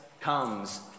comes